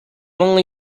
only